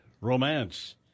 romance